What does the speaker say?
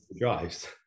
drives